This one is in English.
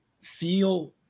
feel